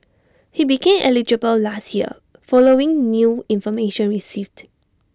he became eligible last year following new information received